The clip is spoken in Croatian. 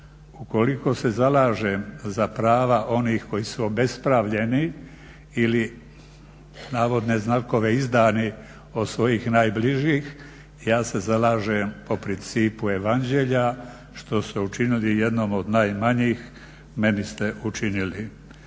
Ukoliko se zalažem za prava onih koji su obespravljeni ili "izdani" od svojih najbližih ja se zalažem po principu Evanđelja što ste učinili jednom od najmanjih, meni ste učinili.